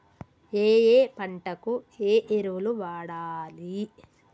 ఏయే పంటకు ఏ ఎరువులు వాడాలి?